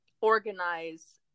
organize